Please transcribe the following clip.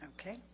okay